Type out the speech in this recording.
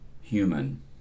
human